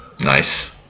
Nice